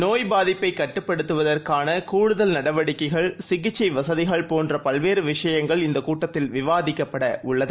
நோய்பாதிப்பைகட்டுப்படுத்துவதற்கானகூடுதல்நடவடிக்கைகள் சிகிச்சைவசதிகள்போன்றபல்வேறுவிஷயங்கள்இந்தகூட்டத்தில்விவாதிக்கப்படஉள்ளது